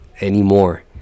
anymore